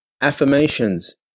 affirmations